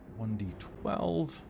1d12